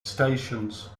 stations